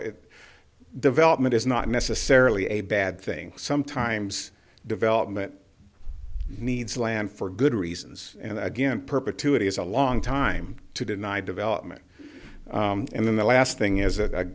it development is not necessarily a bad thing sometimes development needs land for good reasons and again perpetuity is a long time to deny development and then the last thing is that i